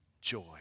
joy